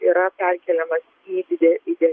yra perkeliamas į dide į di